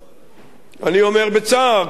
אני אומר בצער, כידוע לנו,